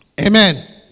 Amen